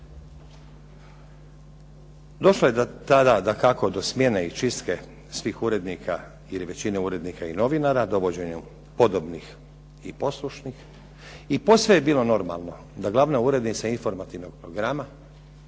Došlo je tada dakako do smjene i čistke svih urednika, jer je većina urednika i novinara dovođenjem podobnih i poslušnih, i posve je bilo normalno da glavna urednica informativnog programa